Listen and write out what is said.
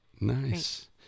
Nice